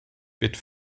wird